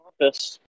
office